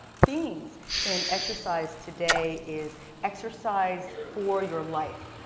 themes in exercise today is exercise for your life.